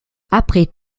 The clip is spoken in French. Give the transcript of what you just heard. après